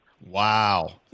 wow